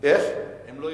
הם לא ימנים?